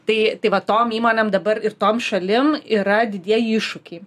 tai tai va tom įmonėm dabar ir tom šalim yra didieji iššūkiai